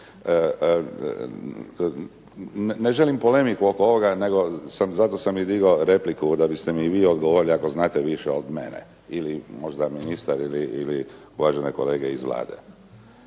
Ne želim polemiku oko ovoga nego zato sam i digao repliku da biste mi vi odgovorili ako znate više od mene ili možda ministar ili uvažene kolege iz Vlade.